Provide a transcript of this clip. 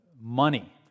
money